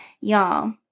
Y'all